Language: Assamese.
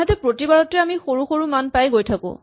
আনহাতে প্ৰতিবাৰতে আমি সৰু সৰু মান পাই গৈ থাকো